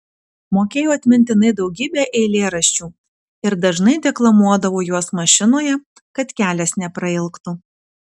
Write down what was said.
mokėjo atmintinai daugybę eilėraščių ir dažnai deklamuodavo juos mašinoje kad kelias neprailgtų